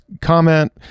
comment